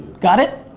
got it?